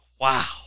Wow